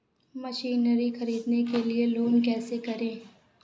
Machinery ख़रीदने के लिए लोन कैसे करें?